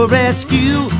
rescue